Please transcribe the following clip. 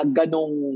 ganong